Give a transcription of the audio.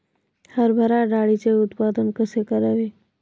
हरभरा डाळीचे उत्पादन कसे करावे?